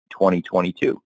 2022